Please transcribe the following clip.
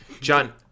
John